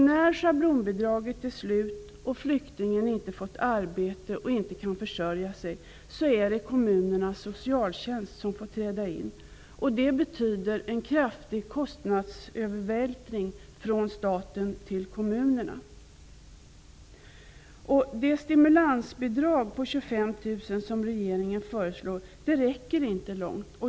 När schablonbidraget är slut och flyktingen inte fått arbete och således inte kan försörja sig är det kommunernas socialtjänst som får träda in. Det betyder en kraftig kostnadsövervältring från staten till kommunerna. Det stimulansbidrag om 25 000 kr som regeringen föreslår räcker inte långt.